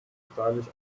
stylish